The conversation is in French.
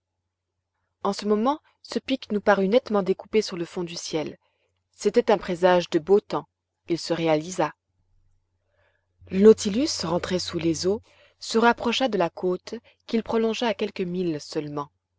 en ce moment ce pic nous parut nettement découpé sur le fond du ciel c'était un présage de beau temps il se réalisa le nautilus rentré sous les eaux se rapprocha de la côte qu'il prolongea à quelques milles seulement